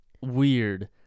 weird